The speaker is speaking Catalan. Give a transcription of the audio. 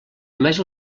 només